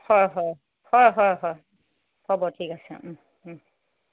হয় হয় হয় হয় হয় হ'ব ঠিক আছে ওম ওম